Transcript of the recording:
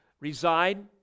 reside